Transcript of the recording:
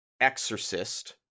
exorcist